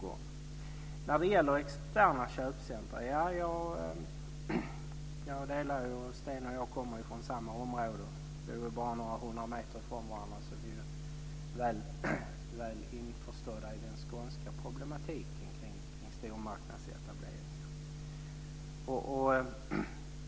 Jag delar uppfattningen när det gäller externa köpcentrum. Sten Lundström och jag kommer från samma område. Vi bor bara några hundra meter ifrån varandra. Vi är väl införstådda med den skånska problematiken kring stormarknadsetableringar.